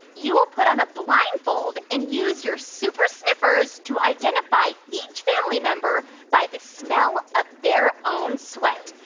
you will put on a blindfold and use your super sniffers to identify each family member by the smell of their own sweat.